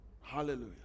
Hallelujah